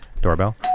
Doorbell